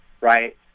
right